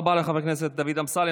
תודה רבה לחבר הכנסת דוד אמסלם.